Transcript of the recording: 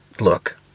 Look